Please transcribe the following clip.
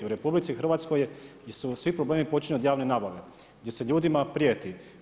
U RH svi problemi počinju od javne nabave gdje se ljudima prijeti.